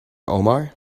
omar